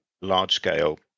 large-scale